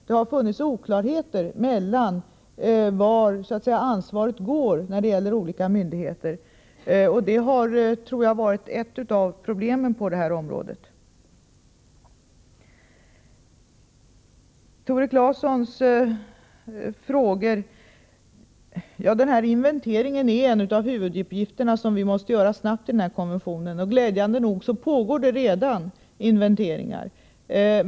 Det har funnits oklarheter i fråga om var ansvaret går när det gäller skilda myndigheter, och det har varit ett av problemen på området. Så till Tore Claesons frågor. Inventeringen är en av huvuduppgifterna för kommissionen, och saken måste behandlas snabbt. Glädjande nog pågår redan inventeringar.